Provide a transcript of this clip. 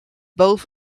both